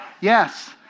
Yes